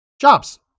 jobs